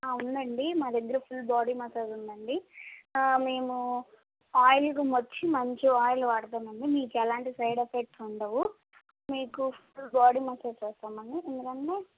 ఉందండి మా దగ్గర ఫుల్ బాడీ మసాజ్ ఉందండి మేము ఆయిల్ వచ్చి మంచి ఆయిల్ వాడతామండి మీకు ఎలాంటి సైడ్ ఎఫెక్ట్స్ ఉండవు మీకు ఫుల్ బాడీ మసాజ్ చేస్తామండి ఎందుకంటే